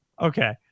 Okay